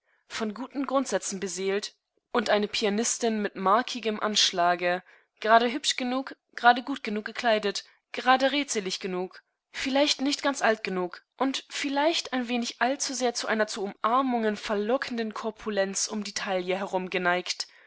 von guten grundsätzen beseelt und eine pianistin mit markigem anschlage gerade hübsch genug gerade gut genug gekleidet gerade redselig genug vielleicht nicht ganz alt genug und vielleicht ein wenig allzusehr zu einer zu umarmungen verlockenden korpulenz um die taille